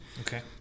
Okay